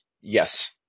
Yes